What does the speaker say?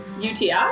UTI